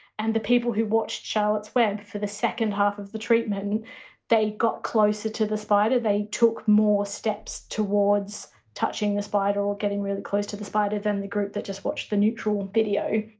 and the people who watched charlotte's web, for the second half of the treatment they got closer to the spider, they took more steps towards touching the spider, or getting really close to the spider, than the group that just watched the neutral video.